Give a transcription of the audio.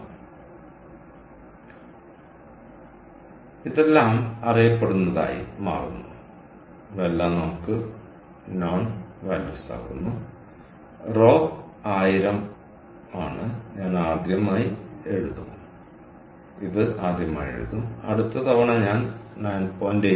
അതിനാൽ ഇത് എല്ലാം അറിയപ്പെടുന്നതായി മാറുന്നു rho ആയിരം പോലെയാണ് ഞാൻ ഇത് ആദ്യമായി എഴുതും അടുത്ത തവണ ഞാൻ 9